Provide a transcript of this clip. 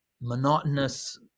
monotonous